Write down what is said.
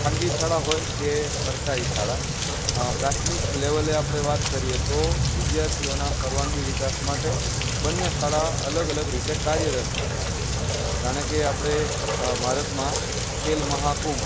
ખાનગી શાળા હોય કે સરકારી શાળા પ્રાથમિક લેવલે આપણે વાત કરીએ તો વિદ્યાર્થીઓના સર્વાંગી વિકાસ માટે બંને શાળા અલગ અલગ રીતે કાર્યરત થતા હોય છે જાણે કે આપણે ભારતમાં ખેલ મહાકુંભ